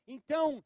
Então